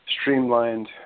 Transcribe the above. streamlined